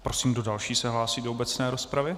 Prosím, kdo další se hlásí do obecné rozpravy.